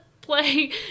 play